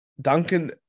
Duncan